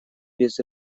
без